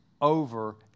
over